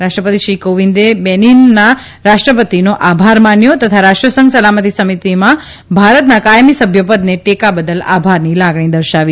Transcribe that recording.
રાષ્ટ્રપતિશ્રી કોવિંદે બેનીનના રાષ્ટ્રપતિનો આભાર માન્યો તથા રાષ્ટ્રસંઘ સલામતિ સમિતિમાં ભારતના કાયમી સભ્યપદને ટેકા બદલ આભારની લાગણી દર્શાવી